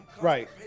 Right